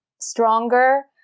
stronger